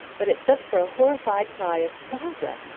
but except for a horrified cry of barbara!